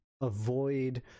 avoid